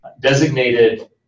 designated